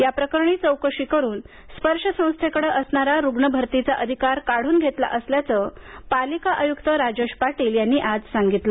याप्रकरणी चौकशी करून स्पर्श संस्थेकडे असणारा रुग्ण भरतीचा अधिकार काढून घेतला असल्याचं पालिका आयुक्त राजेश पाटील यांनी आज सांगितलं